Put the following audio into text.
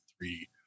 three